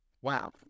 wow